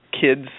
kids